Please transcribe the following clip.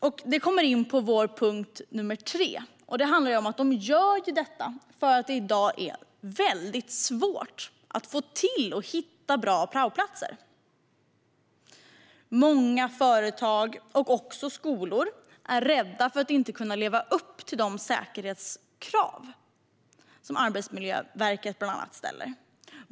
För det tredje, vilket har att göra med det som jag just sa, är detta något som skolorna gör för att det i dag är väldigt svårt att hitta bra praoplatser. Många företag - och även skolor - är rädda för att inte kunna leva upp till de säkerhetskrav som bland andra Arbetsmiljöverket ställer.